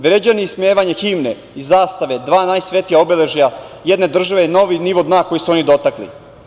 Vređanje i ismevanje himne i zastave dva najsvetija obeležja jedne države je novi nivo dna koji su oni dotakli.